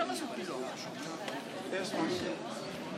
בבקשה, כבוד השרה.